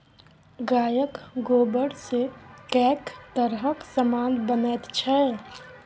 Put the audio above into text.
गायक गोबरसँ कैक तरहक समान बनैत छै